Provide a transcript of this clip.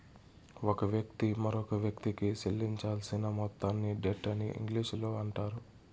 ఒక వ్యక్తి మరొకవ్యక్తికి చెల్లించాల్సిన మొత్తాన్ని డెట్ అని ఇంగ్లీషులో అంటారు